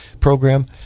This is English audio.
program